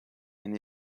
and